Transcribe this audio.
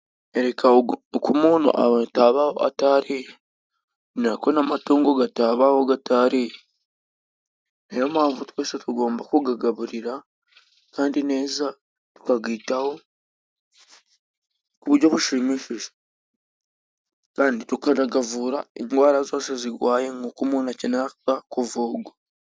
Erega uko umuntu atabaho atariye ninako n'amatungo gatabaho gatariye niyo mpamvu twese tugomba ku gagaburira kandi neza tukagitaho kubujyo bushimishije Kandi tukanagavura indwara zose zigwaye nkuko umuntu ameneraga kuvugwa.